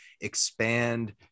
expand